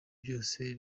byose